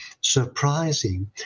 surprising